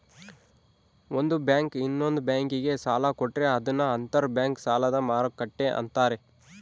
ಒಂದು ಬ್ಯಾಂಕು ಇನ್ನೊಂದ್ ಬ್ಯಾಂಕಿಗೆ ಸಾಲ ಕೊಟ್ರೆ ಅದನ್ನ ಅಂತರ್ ಬ್ಯಾಂಕ್ ಸಾಲದ ಮರುಕ್ಕಟ್ಟೆ ಅಂತಾರೆ